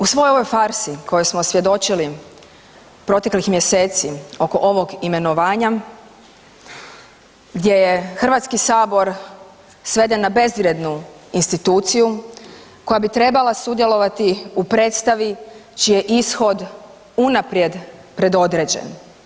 U svoj ovoj farsi kojoj smo svjedočili proteklih mjeseci oko ovog imenovanja gdje je HS sveden na bezvrijednu instituciju koja bi trebala sudjelovati u predstavi čiji je ishod unaprijed predodređen.